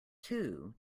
two